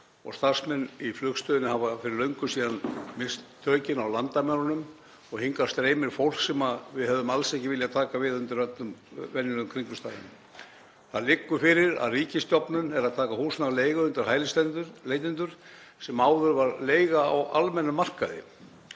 og starfsmenn í flugstöðinni hafa fyrir löngu misst tökin á landamærunum. Hingað streymir fólk sem við hefðum alls ekki viljað taka við undir öllum venjulegum kringumstæðum. Það liggur fyrir að ríkisstofnun er að taka húsnæði á leigu undir hælisleitendur sem áður var leiga á almennum markaði.